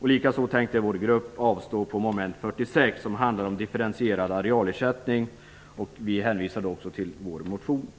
Likaså tänker vår grupp avstå från yrkande under mom. 46, som handlar om differentierad arealersättning. Vi hänvisar till vår motion i stället.